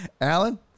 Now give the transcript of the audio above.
Alan